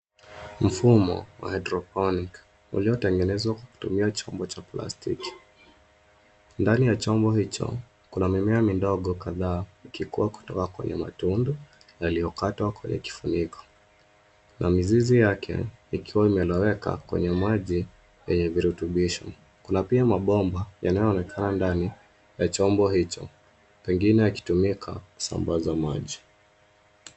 Mfumo wa hydroponic , uliotengenezwa kutumia chombo cha plastiki. Ndani ya chombo hicho, kuna mimea midogo kadhaa, ikikuwa kutoka kwenye matundu, yaliyokatwa kwenye kifuniko. Na mizizi yake, ikiwa imeloweka, kwenye maji yenye virutubisho. Kuna pia mabomba, yanayoonekana ndani, ya chombo hicho, pengine yakitumika, kusambaza maji.